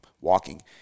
walking